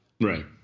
Right